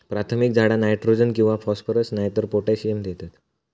प्राथमिक झाडा नायट्रोजन किंवा फॉस्फरस नायतर पोटॅशियम देतत